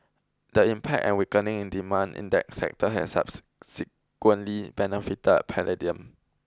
the impact and weakening in demand in that sector has subsequently benefited palladium